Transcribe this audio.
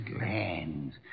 hands